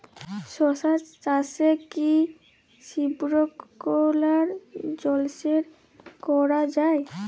শশা চাষে কি স্প্রিঙ্কলার জলসেচ করা যায়?